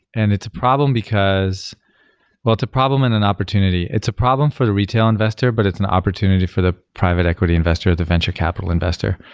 and it's a problem because both a problem and an and opportunity. it's a problem for the retail investor, but it's an opportunity for the private equity investor, the venture capital investor.